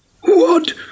What